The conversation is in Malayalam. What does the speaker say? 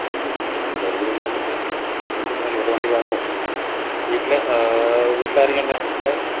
താല്പര്യമുണ്ടെ നമുക്ക് സംസാരിക്കാം അല്ലെ വണ്ടി കാണുമോ വീട്ടിൽ വീട്ടിലാരൊക്കെയുണ്ട് വീട്ടിൽ